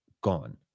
gone